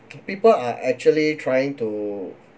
people are actually trying to